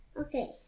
Okay